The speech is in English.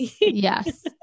Yes